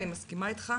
אני מסכימה אתך,